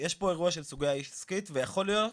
יש פה אירוע של סוגיה עסקית ויכול להיות,